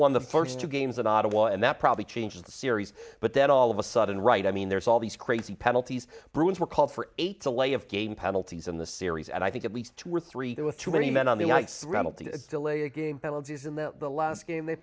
won the first two games in ottawa and that probably changes the series but then all of a sudden right i mean there's all these crazy penalties bruins were called for eight to lay of game penalties in the series and i think at least two or three with too many men on the ice rebel to delay a game penalties in the last game they